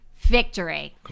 victory